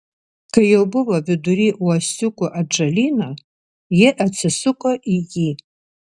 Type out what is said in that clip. kai jau buvo vidury uosiukų atžalyno ji atsisuko į jį